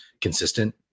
consistent